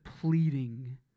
pleading